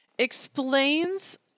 explains